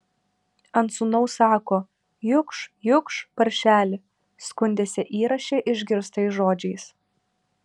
ant sūnaus sako jukš jukš paršeli skundėsi įraše išgirstais žodžiais